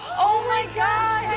oh my gosh,